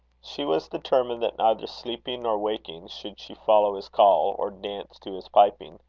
she was determined that neither sleeping nor waking should she follow his call, or dance to his piping.